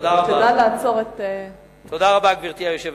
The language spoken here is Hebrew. תדע לעצור, תודה רבה, גברתי היושבת-ראש.